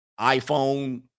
iPhone